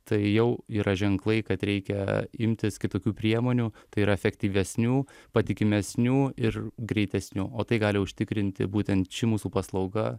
tai jau yra ženklai kad reikia imtis kitokių priemonių tai yra efektyvesnių patikimesnių ir greitesnių o tai gali užtikrinti būtent ši mūsų paslauga